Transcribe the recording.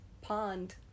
pond